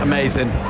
Amazing